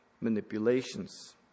manipulations